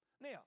Now